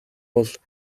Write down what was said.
бол